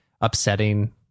upsetting